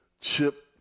Chip